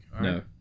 No